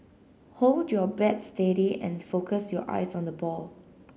hold your bat steady and focus your eyes on the ball